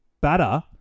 batter